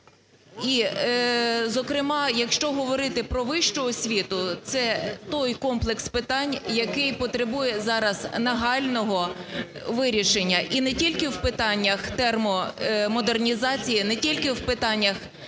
І, зокрема, якщо говорити про вищу освіту, це той комплекс питань, який потребує зараз нагального вирішення і не тільки в питаннях термомодернізації, не тільки у питаннях